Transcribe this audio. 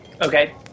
Okay